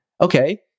Okay